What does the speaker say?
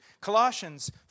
Colossians